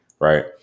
Right